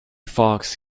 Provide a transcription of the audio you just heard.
fox